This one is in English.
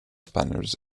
spaniards